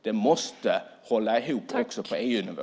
Det måste hålla ihop också på EU-nivå.